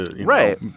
right